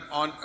on